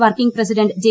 working president J